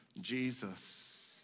Jesus